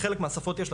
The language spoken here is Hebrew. לחלק מהשפות יש,